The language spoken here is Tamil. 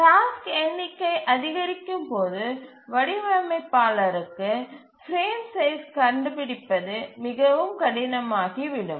டாஸ்க்கு எண்ணிக்கை அதிகரிக்கும் போது வடிவமைப்பாளருக்கு பிரேம் சைஸ் கண்டுபிடிப்பது மிகவும் கடினமாகிவிடும்